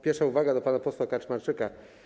Pierwsza uwaga do pana posła Kaczmarczyka.